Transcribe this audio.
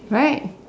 right